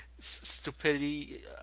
stupidity